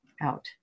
out